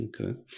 okay